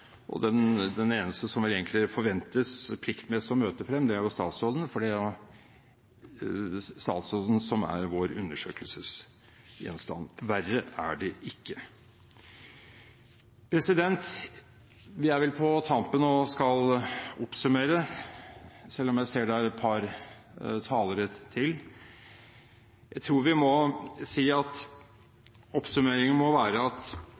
komme. Den eneste som egentlig forventes pliktmessig å møte frem, er statsråden, for det er statsråden som er vår undersøkelsesgjenstand. Verre er det ikke. Vi er vel på tampen og skal oppsummere, selv om jeg ser det er et par talere til. Jeg tror vi må si at oppsummeringen må være at